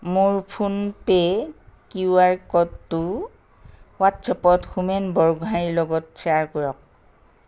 মোৰ PhonePe' QR আৰ ক'ডটো হোৱাট্ছএপত হোমেন বৰগোহাঞিৰ লগত শ্বেয়াৰ কৰক